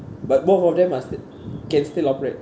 but both of them are st~ can still operate